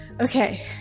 okay